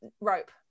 rope